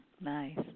Nice